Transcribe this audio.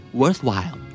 worthwhile